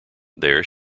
there